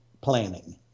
planning